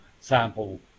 sample